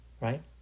right